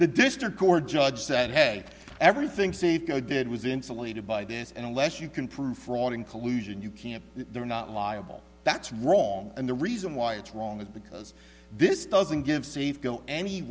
the district court judge said hey everything's safeco did was insulated by this and unless you can prove fraud in collusion you can't they're not liable that's wrong and the reason why it's wrong is because this doesn't give safe go any